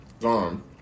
gone